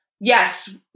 Yes